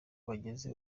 bageze